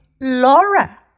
Laura